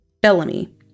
Bellamy